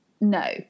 no